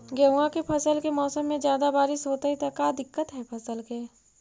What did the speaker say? गेहुआ के फसल के मौसम में ज्यादा बारिश होतई त का दिक्कत हैं फसल के?